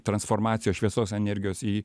transformacijos šviesos energijos į